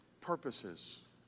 Purposes